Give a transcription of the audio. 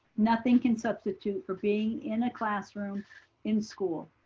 nothing can substitute for being in a classroom in school.